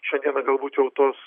šiandieną galbūt jau tos